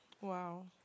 wow